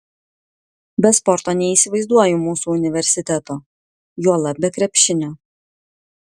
be sporto neįsivaizduoju mūsų universiteto juolab be krepšinio